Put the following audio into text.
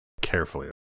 carefully